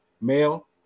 Male